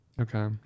Okay